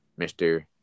Mr